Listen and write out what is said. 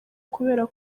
kubera